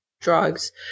drugs